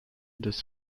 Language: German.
des